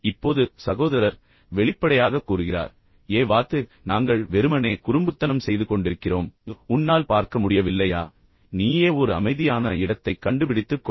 இப்போது சகோதரர் வெளிப்படையாக கூறுகிறார் ஏ வாத்து நாங்கள் வெறுமனே குறும்புத்தனம் செய்து கொண்டிருக்கிறோம் உன்னால் பார்க்க முடியவில்லையா நீயே ஒரு அமைதியான இடத்தை கண்டுபிடித்துக் கொள்